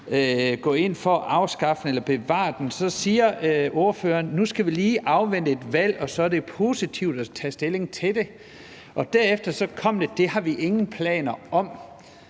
gå ind for at afskaffe den eller bevare den. Så siger ordføreren, at nu skal vi lige afvente et valg, og så er det positivt at tage stilling til det. Derefter kom det: Det har vi ingen planer om.